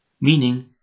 Meaning